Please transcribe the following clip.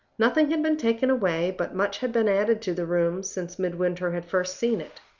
nothing had been taken away, but much had been added to the room, since midwinter had first seen it.